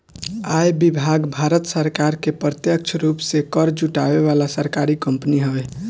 आयकर विभाग भारत सरकार के प्रत्यक्ष रूप से कर जुटावे वाला सरकारी कंपनी हवे